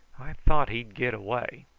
i thought he'd get away.